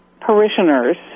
parishioners